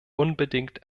unbedingt